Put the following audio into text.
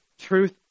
Truth